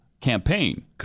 campaign